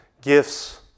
Gifts